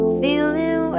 feeling